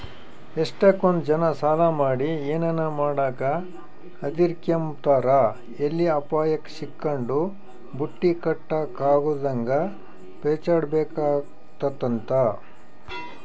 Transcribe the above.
ಎಷ್ಟಕೊಂದ್ ಜನ ಸಾಲ ಮಾಡಿ ಏನನ ಮಾಡಾಕ ಹದಿರ್ಕೆಂಬ್ತಾರ ಎಲ್ಲಿ ಅಪಾಯುಕ್ ಸಿಕ್ಕಂಡು ಬಟ್ಟಿ ಕಟ್ಟಕಾಗುದಂಗ ಪೇಚಾಡ್ಬೇಕಾತ್ತಂತ